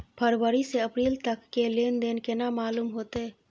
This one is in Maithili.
फरवरी से अप्रैल तक के लेन देन केना मालूम होते?